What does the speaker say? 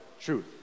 truth